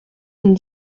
une